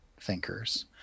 thinkers